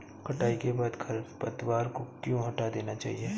कटाई के बाद खरपतवार को क्यो हटा देना चाहिए?